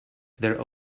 their